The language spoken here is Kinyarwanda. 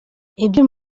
ibyo